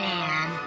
Man